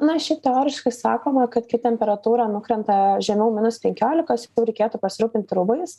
na šiaip teoriškai sakoma kad kai temperatūra nukrenta žemiau minus penkiolikos jau reikėtų pasirūpinti rūbais